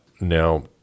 Now